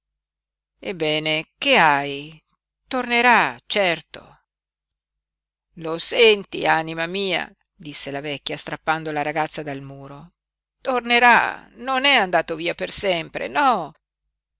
ebbene che hai tornerà certo lo senti anima mia disse la vecchia strappando la ragazza dal muro tornerà non è andato via per sempre no